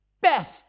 Best